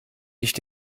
nicht